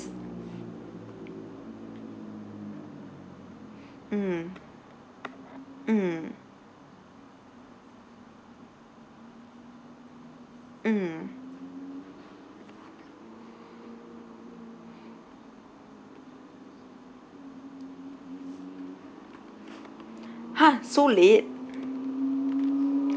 mm mm mm !huh! so late